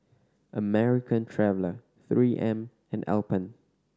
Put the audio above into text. American Traveller Three M and Alpen